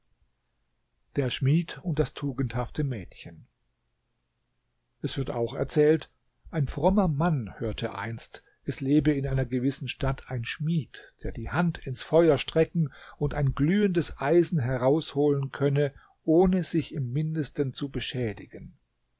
der schmied und das tugendhafte mädchen es wird auch erzählt ein frommer mann hörte einst es lebe in einer gewissen stadt ein schmied der die hand ins feuer strecken und ein glühendes eisen herausholen könne ohne sich im mindesten zu beschädigen